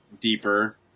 deeper